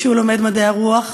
כשהוא לומד מדעי הרוח,